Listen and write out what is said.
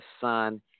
Son